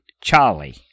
Charlie